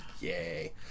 Yay